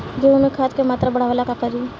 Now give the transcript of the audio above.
गेहूं में खाद के मात्रा बढ़ावेला का करी?